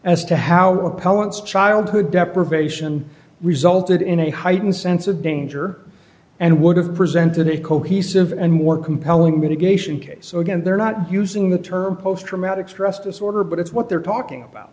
as to how the pellets childhood deprivation resulted in a heightened sense of danger and would have presented a cohesive and more compelling communication case again they're not using the term post traumatic stress disorder but it's what they're talking about